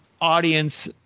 audience